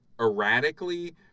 erratically